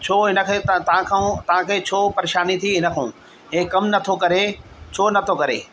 छो हिनखे त तव्हां खां तव्हांखे छो परेशानी थी हिन खां इहो कमु नथो करे छो नथो करे